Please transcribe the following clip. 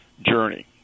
journey